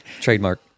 Trademark